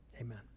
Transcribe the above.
amen